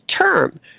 term